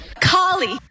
Kali